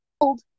old